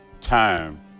time